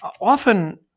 often